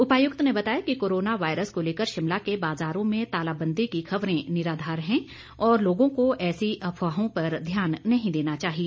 उपायुक्त ने बताया कि कोरोना वायरस को लेकर शिमला के बाजारों में तालाबंदी की खबरें निराधार हैं और लोगों को ऐसी अफवाहों पर ध्यान नहीं देना चाहिए